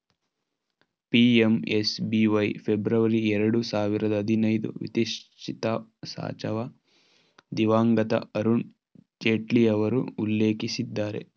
PMSBY February ಎರಡು ಸಾವಿರದ ಹದಿನೈದು ವಿತ್ಚಿತಸಾಚವ ದಿವಂಗತ ಅರುಣ್ ಜೇಟ್ಲಿಯವರು ಉಲ್ಲೇಖಿಸಿದ್ದರೆ